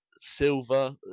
silver